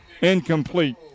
incomplete